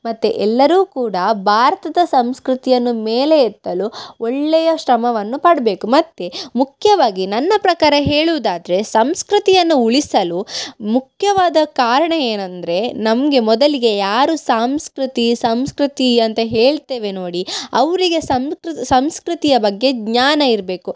ಮತ್ತು ಎಲ್ಲರೂ ಕೂಡ ಭಾರತದ ಸಂಸ್ಕೃತಿಯನ್ನು ಮೇಲೆ ಎತ್ತಲು ಒಳ್ಳೆಯ ಶ್ರಮವನ್ನು ಪಡಬೇಕು ಮತ್ತು ಮುಖ್ಯವಾಗಿ ನನ್ನ ಪ್ರಕಾರ ಹೇಳುವುದಾದರೆ ಸಂಸ್ಕೃತಿಯನ್ನು ಉಳಿಸಲು ಮುಖ್ಯವಾದ ಕಾರಣ ಏನಂದರೆ ನಮಗೆ ಮೊದಲಿಗೆ ಯಾರು ಸಂಸ್ಕೃತಿ ಸಂಸ್ಕೃತಿ ಅಂತ ಹೇಳ್ತೇವೆ ನೋಡಿ ಅವರಿಗೆ ಸಂಸ್ ಸಂಸ್ಕೃತಿಯ ಬಗ್ಗೆ ಜ್ಞಾನ ಇರಬೇಕು